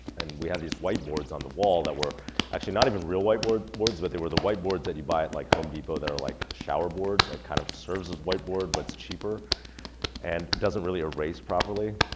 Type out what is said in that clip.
and we had these white boards on the wall that were actually not even real white boards boards but they were the white boards that you buy at like home depot that are like shower board that kind of serves as white board but cheaper and doesn't really erase properly.